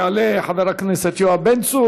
יעלה חבר הכנסת יואב בן צור,